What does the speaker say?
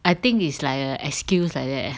I think it's like an excuse like that